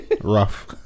Rough